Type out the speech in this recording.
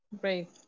Great